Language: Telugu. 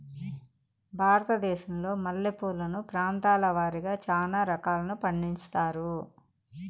భారతదేశంలో మల్లె పూలను ప్రాంతాల వారిగా చానా రకాలను పండిస్తారు